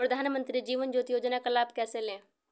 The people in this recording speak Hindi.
प्रधानमंत्री जीवन ज्योति योजना का लाभ कैसे लें?